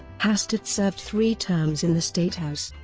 hastert served three terms in the state house.